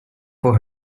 for